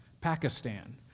Pakistan